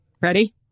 Ready